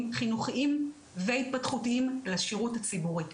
חינוכיים והתפתחותיים לשירות הציבורי.